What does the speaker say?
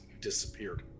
disappeared